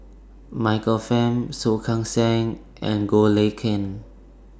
Michael Fam Soh Kay Siang and Goh Lay Kuan